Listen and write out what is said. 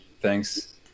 thanks